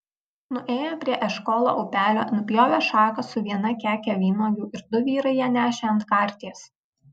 nuėję prie eškolo upelio nupjovė šaką su viena keke vynuogių ir du vyrai ją nešė ant karties